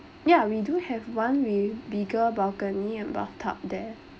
yeah we do have one with bigger balcony and bathtub